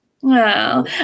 Wow